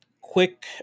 quick